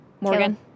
Morgan